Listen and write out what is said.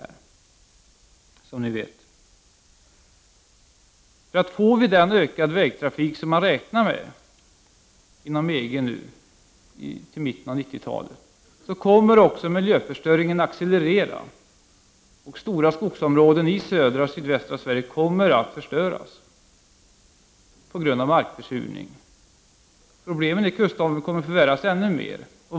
Får vi till mitten av 1990-talet den ökade vägtrafik som man inom EG nu räknar med, kommer också miljöförstöringen att accelerera. Stora skogsområden i södra och sydvästra Sverige kommer att förstöras på grund av markförsurningen. Problemen i kustområdena kommer att förvärras ännu mer.